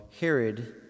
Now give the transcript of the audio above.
Herod